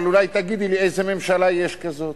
אבל אולי תגידי לי איזה ממשלה, יש כזאת?